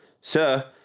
Sir